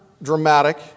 dramatic